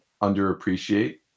underappreciate